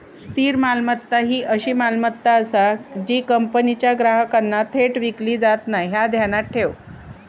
स्थिर मालमत्ता ही अशी मालमत्ता आसा जी कंपनीच्या ग्राहकांना थेट विकली जात नाय, ह्या ध्यानात ठेव